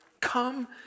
Come